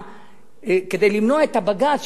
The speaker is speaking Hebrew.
כדי למנוע את הבג"ץ,